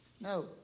No